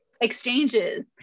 exchanges